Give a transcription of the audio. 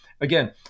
Again